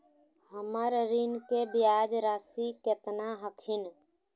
हमर ऋण के ब्याज रासी केतना हखिन?